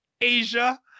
Asia